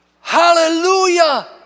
Hallelujah